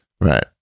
Right